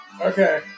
Okay